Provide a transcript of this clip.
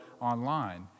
online